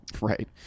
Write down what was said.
Right